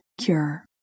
cure